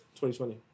2020